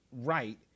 right